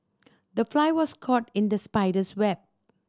the fly was caught in the spider's web